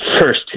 first